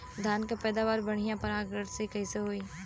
धान की पैदावार बढ़िया परागण से कईसे होई?